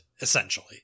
essentially